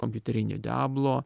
kompiuterinių diablo